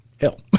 hell